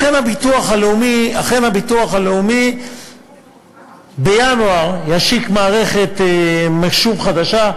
לכן אכן הביטוח הלאומי ישיק בינואר מערכת מחשוב חדשה,